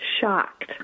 shocked